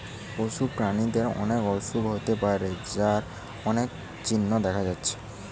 পশু প্রাণীদের অনেক অসুখ হতে পারে যার অনেক চিহ্ন দেখা যাচ্ছে